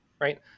right